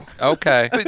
okay